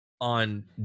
on